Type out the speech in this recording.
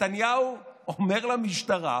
נתניהו אומר למשטרה